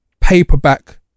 paperback